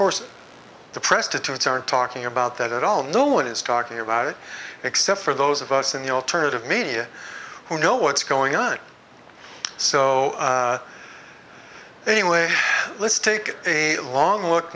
course the press to to it's are talking about that at all no one is talking about it except for those of us in the alternative media who know what's going on so anyway let's take a long look